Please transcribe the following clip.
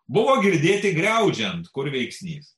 buvo girdėti griaudžiant kur veiksnys